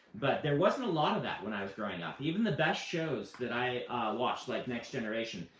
but there wasn't a lot of that when i was growing up. even the best shows that i watched, like next generation,